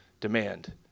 demand